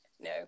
no